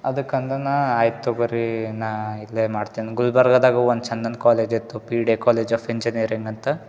ಅದಕ್ಕೆ ಹಂಗ ಆಯಿತು ಬರ್ರಿ ನಾ ಇಲ್ಲೆ ಮಾಡ್ತೀನಿ ಗುಲ್ಬರ್ಗಾದಾಗೆ ಒನ್ ಚಂದನ ಕಾಲೇಜ್ ಇತ್ತು ಪಿಡೆ ಕಾಲೇಜ್ ಆಫ್ ಇಂಜಿನಿಯರಿಂಗ್ ಅಂತ